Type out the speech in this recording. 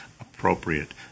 appropriate